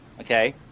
okay